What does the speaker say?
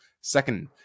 Second